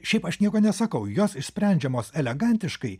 šiaip aš nieko nesakau jos išsprendžiamos elegantiškai